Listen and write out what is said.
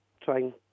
trying